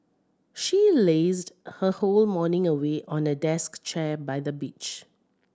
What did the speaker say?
she lazed her whole morning away on a desk chair by the beach